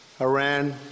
Iran